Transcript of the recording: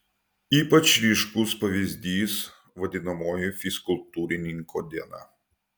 ypač ryškus pavyzdys vadinamoji fizkultūrininko diena